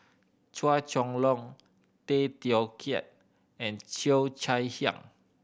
Chua Chong Long Tay Teow Kiat and Cheo Chai Hiang